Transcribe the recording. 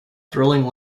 thrilling